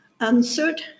answered